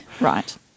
Right